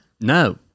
No